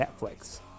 Netflix